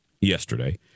yesterday